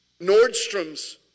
Nordstrom's